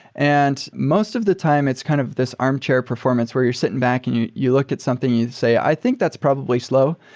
and most of the time it's kind of this armchair performance where you're sitting back and you you look at something and you say, i think that's probably slow.